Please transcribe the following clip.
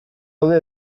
daude